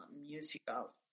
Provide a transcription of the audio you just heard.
musical